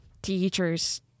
teachers